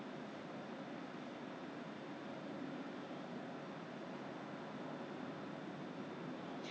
so on top of that on top of that you can get anything from Taobao and copy the item the product code whatever over to Ezbuy